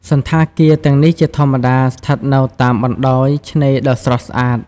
សណ្ឋាគារ ទាំងនេះជាធម្មតាស្ថិតនៅតាមបណ្តោយឆ្នេរដ៏ស្រស់ស្អាត។